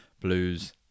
Blues